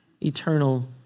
eternal